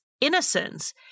innocence